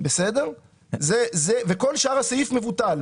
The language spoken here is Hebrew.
כל שאר הסעיף מבוטל.